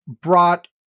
brought